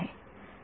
विद्यार्थी